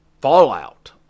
Fallout